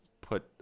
put